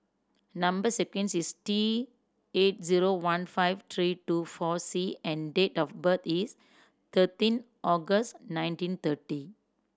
number sequence is T eight zero one five three two four C and date of birth is thirteen August nineteen thirty